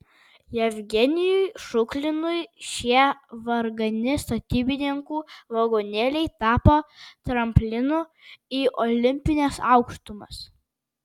jevgenijui šuklinui šie vargani statybininkų vagonėliai tapo tramplinu į olimpines aukštumas